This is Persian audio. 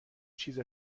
چیز